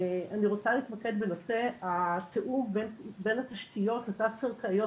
אני רוצה להתמקד בנושא התיאום בין התשתיות התת קרקעיות